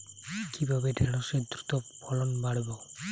কিভাবে ঢেঁড়সের দ্রুত ফলন বাড়াব?